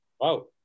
Wow